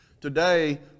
Today